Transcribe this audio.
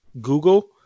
Google